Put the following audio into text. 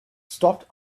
stopped